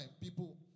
people